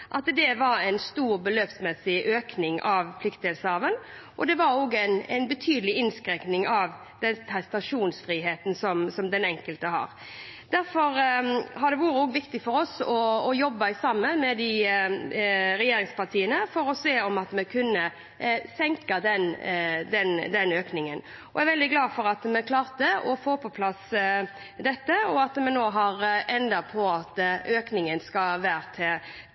var en stor beløpsmessig økning av pliktdelsarven og også en betydelig innskrenkning av den testasjonsfriheten som den enkelte har. Derfor har det vært viktig for oss å jobbe sammen med regjeringspartiene for å se om vi kunne senke den økningen, og jeg er veldig glad for at vi klarte å få på plass dette, og at vi nå har endt på at økningen skal være til